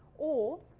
or,